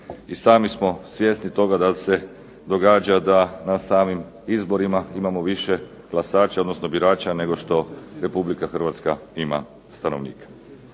sami smo svjesni toga da se događa da na samim izborima imamo više glasača, odnosno birača nego što RH ima stanovnika.